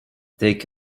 take